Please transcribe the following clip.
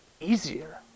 easier